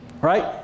Right